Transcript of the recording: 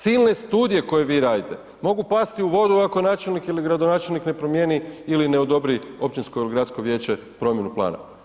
Silne studije koje vi radite mogu pasti u vodu ako načelnik ili gradonačelnik ne promijeni ili ne odobri općinsko ili gradsko vijeće promjenu plana.